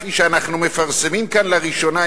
כפי שאנחנו מפרסמים כאן לראשונה,